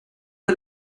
der